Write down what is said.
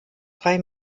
drei